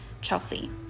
Chelsea